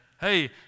hey